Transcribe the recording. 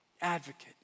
advocate